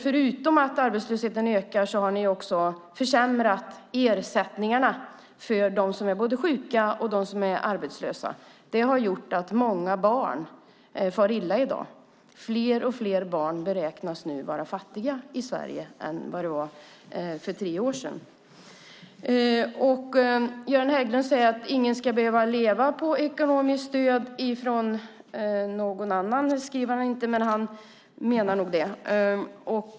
Förutom att arbetslösheten ökar har ni försämrat ersättningarna för både dem som är sjuka och dem som är arbetslösa. Det har gjort att många barn far illa i dag. Fler barn i Sverige beräknas nu vara fattiga än för tre år sedan. Göran Hägglund säger att ingen ska behöva leva på ekonomiskt stöd från någon annan. Det skriver han inte, men han menar nog det.